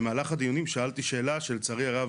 במהלך הדיונים שאלתי שאלה שלצערי הרב,